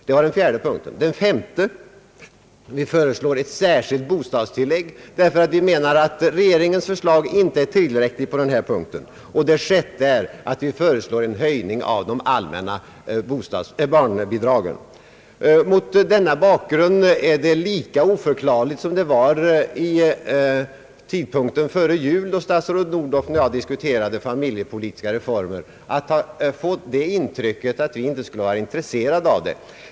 Den femte punkten är att vi föreslår ctt särskilt bostadstillägg, därför att vi menar att regeringens förslag inte är tillräckligt på denna punkt. Den sjätte punkten är att vi föreslår en höjning av det allmänna barnbidraget. Mot denna bakgrund är det lika oförklarligt nu som det var vid tidpunkten före jul, då statsrådet Odhnoff och jag diskuterade familjepolitiska reformer, att få intrycket att vi inte skulle vara intresserade härav.